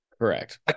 Correct